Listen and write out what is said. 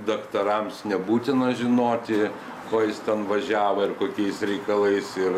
daktarams nebūtina žinoti ko jis ten važiavo ir kokiais reikalais ir